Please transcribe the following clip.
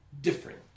different